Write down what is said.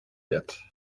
det